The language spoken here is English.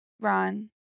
Ron